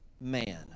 man